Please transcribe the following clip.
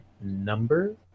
number